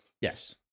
yes